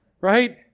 Right